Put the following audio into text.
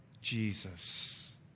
Jesus